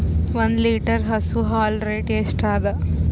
ಒಂದ್ ಲೀಟರ್ ಹಸು ಹಾಲ್ ರೇಟ್ ಎಷ್ಟ ಅದ?